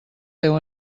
teu